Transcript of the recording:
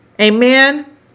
Amen